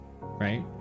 right